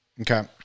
Okay